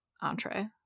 entree